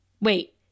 Wait